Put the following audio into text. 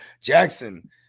Jackson